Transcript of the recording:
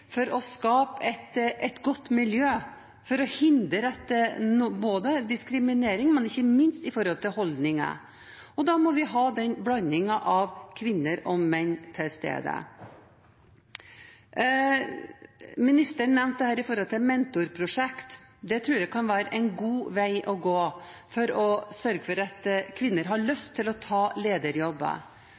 for å skape et godt miljø, for å hindre diskriminering og ikke minst i forhold til holdninger, og da må vi ha den blandingen av kvinner og menn til stede. Ministeren nevnte mentorprosjekt. Det tror jeg kan være en god vei å gå for å sørge for at kvinner har lyst til å ta lederjobber.